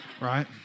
right